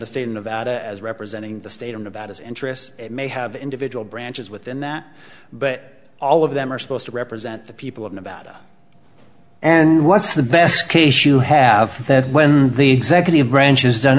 the state of nevada as representing the state and about his interests may have individual branches within that but all of them are supposed to represent the people of nevada and what's the best case you have that when the executive branch is done